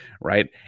right